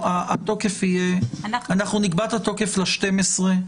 נקבע את התוקף ל-12,